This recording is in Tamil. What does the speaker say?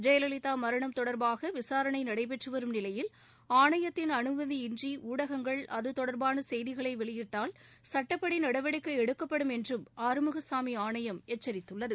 ஜெயலலிதா மரணம் தொடர்பாக விசாரணை நடைபெற்று வரும் நிலையில் ஆணையத்தின் அனுமதி இன்றி ஊடகங்கள் அது தொடர்பான செய்திகளை வெளியிட்டால் சட்டப்படி நடவடிக்கை எடுக்கப்படும் என்றும் ஆறுமுகசாமி ஆணையம் எச்சரித்துள்ளது